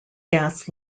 gas